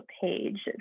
page